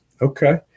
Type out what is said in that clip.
Okay